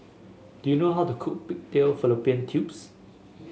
do you know how to cook Pig Fallopian Tubes